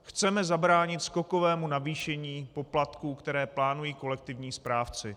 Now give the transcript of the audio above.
Chceme zabránit skokovému navýšení poplatků, které plánují kolektivní správci.